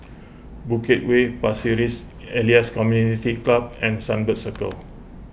Bukit Way Pasir Ris Elias Community Club and Sunbird Circle